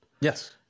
Yes